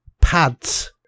pads